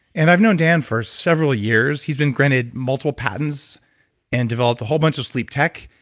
and i've known dan for several years he's been granted multiple patents and developed a whole bunch of sleep tech,